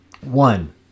one